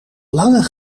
lange